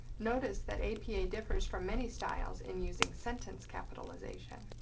notice that apa differs from many styles in using sentence capitalization,